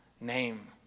name